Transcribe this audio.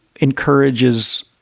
encourages